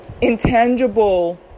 intangible